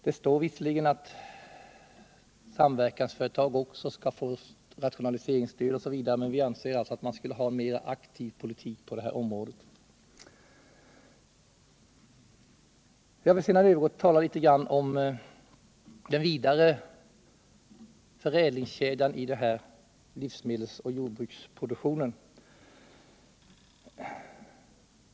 Det sägs visserligen i propositionen att samverkansföretag också skall få rationaliseringsstöd, osv., men vi anser att man borde bedriva en mer aktiv politik på detta område. Jag vill sedan övergå till att tala litet om den vidare förädlingskedjan = Nr 54 i livsmedelsoch jordbruksproduktionen.